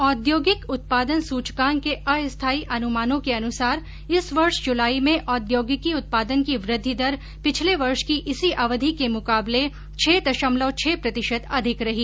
औद्योगिक उत्पादन सूचकांक के अस्थाई अनुमानों के अनुसार इस वर्ष जुलाई में औद्योगिकी उत्पादन की वृद्धि दर पिछले वर्ष की इसी अवधि के मुकाबले छह दशमलव छह प्रतिशत अधिक रही